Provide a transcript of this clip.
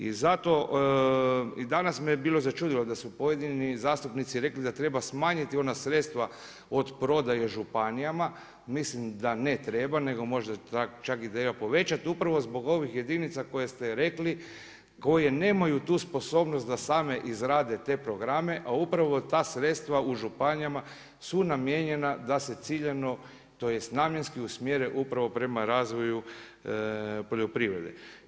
I zato i danas me bilo začudilo da su pojedini zastupnici rekli da treba smanjiti ona sredstva od prodaje županijama, mislim da ne treba, nego možda čak treba i povećati upravo zbog ovih jedinica koje ste rekli, koje nemaju tu sposobnost da same izrade te programe a upravo ta sredstva u županijama su namijenjena da se ciljano tj. namjenski usmjere upravo prema razvoju poljoprivrede.